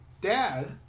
dad